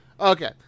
Okay